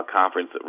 conference